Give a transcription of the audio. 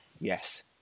Yes